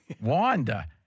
Wanda